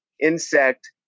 insect